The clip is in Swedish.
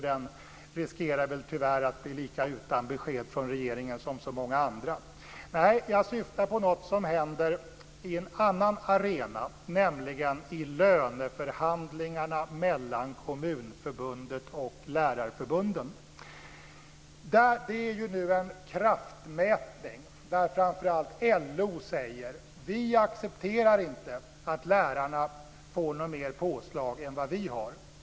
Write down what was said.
Den riskerar väl, tyvärr, att bli lika utan besked från regeringen som så många andra. Nej, jag syftar på någonting som händer på en annan arena, nämligen i löneförhandlingarna mellan Kommunförbundet och lärarförbunden. Det är ju nu en kraftmätning där framför allt LO säger: Vi accepterar inte att lärarna får mer i påslag än vi.